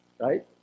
Right